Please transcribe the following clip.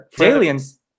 aliens